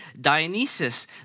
Dionysus